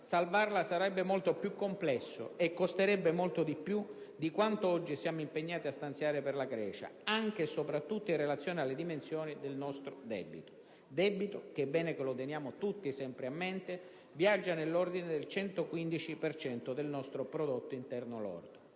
salvarla sarebbe molto più complesso e costerebbe molto di più di quanto oggi siamo impegnati a stanziare per la Grecia, anche e soprattutto in relazione alle dimensioni del nostro debito: un debito che - è bene lo teniamo tutti sempre a mente - viaggia nell'ordine del 115 per cento del nostro prodotto interno lordo.